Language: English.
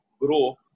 grow